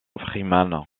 freeman